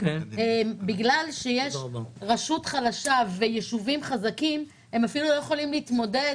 בגלל שיש רשות חלשה ויישובים חזקים הם אפילו לא יכולים להתמודד